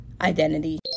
identity